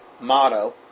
motto